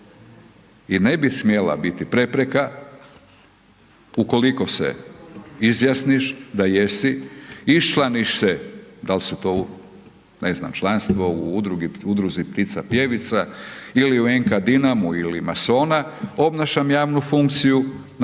I ne bi smjela biti prepreka ukoliko se izjasniš da jesi, iščlaniš se, da li su to članstvo u udruzi ptica pjevica ili u NK Dinamu ili masona, obnašam javnu funkciju, nakon